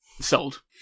Sold